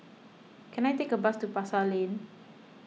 can I take a bus to Pasar Lane